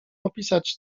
opisać